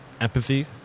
Empathy